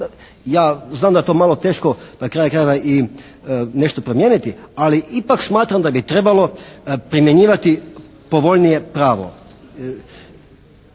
Ja znam da je to malo teško na kraju krajeva i nešto promijeniti ali ipak smatram da bi trebalo primjenjivati povoljnije pravo.